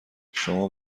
شما